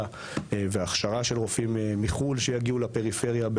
והכשרה של רופאים מחו"ל שיגיעו לפריפריה,